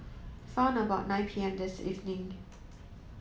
round about nine P M this evening